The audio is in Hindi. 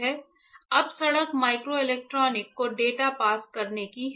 अब सड़क माइक्रोइलेक्ट्रॉनिक को डेटा पास करने की है